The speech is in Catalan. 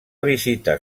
visitar